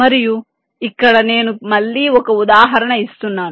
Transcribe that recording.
మరియు ఇక్కడ నేను మళ్ళీ ఒక ఉదాహరణ ఇస్తున్నాను